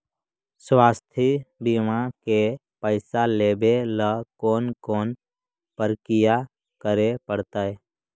स्वास्थी बिमा के पैसा लेबे ल कोन कोन परकिया करे पड़तै?